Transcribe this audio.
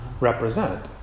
represent